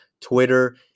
Twitter